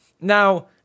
Now